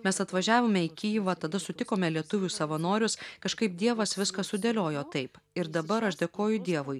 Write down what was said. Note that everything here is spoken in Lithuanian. mes atvažiavome į kijivą tada sutikome lietuvių savanorius kažkaip dievas viską sudėliojo taip ir dabar aš dėkoju dievui